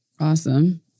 Awesome